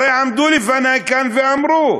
הרי עמדו לפני כאן ואמרו: